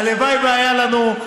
הלוואי והיה לנו.